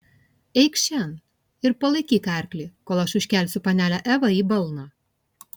eikš šen ir palaikyk arklį kol aš užkelsiu panelę evą į balną